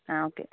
ആ ഓക്കേ